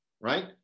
right